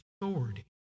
authority